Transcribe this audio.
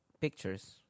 pictures